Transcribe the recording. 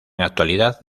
actualidad